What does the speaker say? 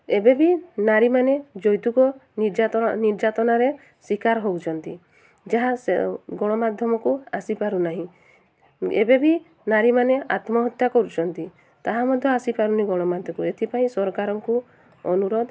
ଏବେବି ନାରୀମାନେ ଯୌତୁକ ନିର୍ଯାତନା ନିର୍ଯାତନାରେ ଶିକାର ହେଉଛନ୍ତି ଯାହା ସେ ଗଣମାଧ୍ୟମକୁ ଆସିପାରୁ ନାହିଁ ଏବେବି ନାରୀମାନେ ଆତ୍ମହତ୍ୟା କରୁଛନ୍ତି ତାହା ମଧ୍ୟ ଆସିପାରୁନି ଗଣମାଧ୍ୟମକୁ ଏଥିପାଇଁ ସରକାରଙ୍କୁ ଅନୁରୋଧ